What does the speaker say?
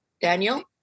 Daniel